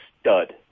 stud